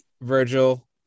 Virgil